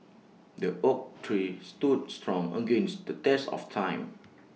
the oak tree stood strong against the test of time